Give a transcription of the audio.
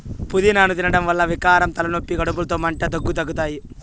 పూదినను తినడం వల్ల వికారం, తలనొప్పి, కడుపులో మంట, దగ్గు తగ్గుతాయి